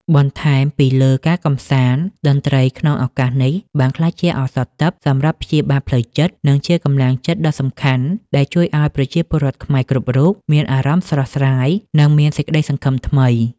បន្ថែមពីលើការកម្សាន្ត តន្ត្រីក្នុងឱកាសនេះបានក្លាយជាឱសថទិព្វសម្រាប់ព្យាបាលផ្លូវចិត្ត និងជាកម្លាំងចិត្តដ៏សំខាន់ដែលជួយឱ្យប្រជាពលរដ្ឋខ្មែរគ្រប់រូបមានអារម្មណ៍ស្រស់ស្រាយ និងមានសេចក្តីសង្ឃឹមថ្មី។